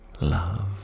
Love